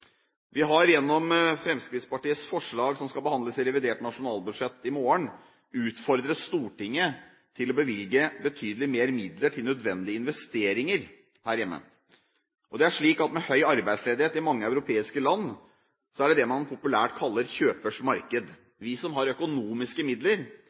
Vi har gjennom Fremskrittspartiets forslag som skal behandles i revidert nasjonalbudsjett i morgen, utfordret Stortinget til å bevilge betydelig mer midler til nødvendige investeringer her hjemme. Og det er slik at med høy arbeidsledighet i mange europeiske land, har man det man populært kaller kjøpers marked. Vi som har økonomiske midler,